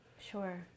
Sure